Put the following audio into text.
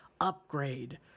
upgrade